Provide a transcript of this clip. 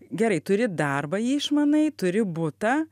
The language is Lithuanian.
gerai turi darbą jį išmanai turi butą